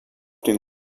den